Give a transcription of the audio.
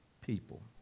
people